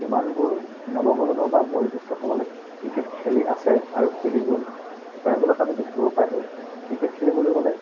যিমানবোৰ নৱপ্ৰজন্ম বা বয়োজ্যেষ্ঠসকলে ক্ৰিকেট খেলি আছে আৰু খেলি গ'ল প্ৰায়বিলাক আমি দেখিব পাইছোঁ ক্ৰিকেট খেলিবলৈ গ'লে